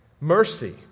Mercy